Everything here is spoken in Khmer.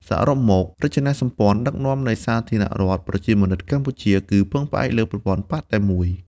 សរុបមក រចនាសម្ព័ន្ធដឹកនាំនៃសាធារណរដ្ឋប្រជាមានិតកម្ពុជាគឺផ្អែកលើប្រព័ន្ធបក្សតែមួយ។